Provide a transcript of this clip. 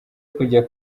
kujya